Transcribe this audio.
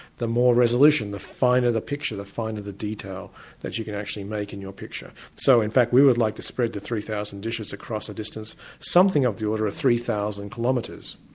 the more resolution, the finer the picture, the finer the detail that you can actually make in your picture. so in fact, we would like to spread the three thousand dishes across a distance something of the order of three thousand kilometres.